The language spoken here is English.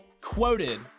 quoted